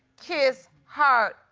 kiss. heart.